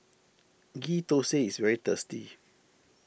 Ghee Thosai is very tasty